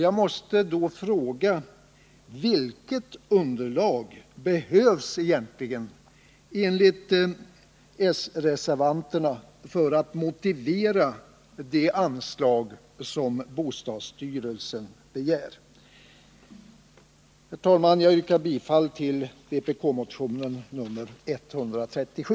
Jag måste då fråga: Vilket underlag behövs egentligen för att motivera de anslag som bostadsstyrelsen begär? Herr talman! Jag yrkar bifall till vpk-motionen nr 137.